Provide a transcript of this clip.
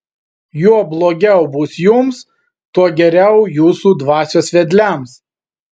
juo blogiau bus jums tuo geriau jūsų dvasios vedliams